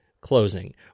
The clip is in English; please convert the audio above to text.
closing